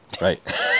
Right